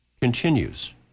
continues